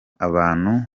abantu